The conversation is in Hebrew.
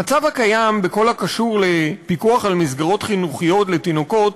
המצב הקיים בכל הקשור בפיקוח על מסגרות חינוכיות לתינוקות